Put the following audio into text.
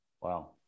Wow